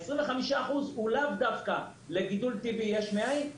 25% הוא לאו דווקא לגידול טבעי יש מאין,